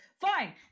fine